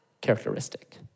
characteristic